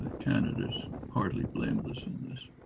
canada's hardly blameless in this.